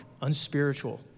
unspiritual